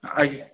ଆଜ୍ଞା